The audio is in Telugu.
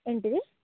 ఏంటిది